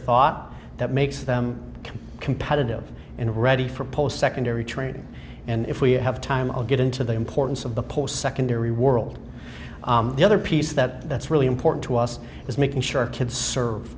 thought that makes them competitive and ready for post secondary training and if we have time i'll get into the importance of the post secondary world the other piece that that's really important to us is making sure kids serve